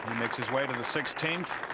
makes his way to the sixteenth.